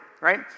right